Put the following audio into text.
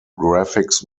graphics